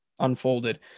unfolded